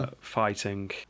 fighting